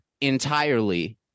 entirely